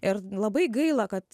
ir labai gaila kad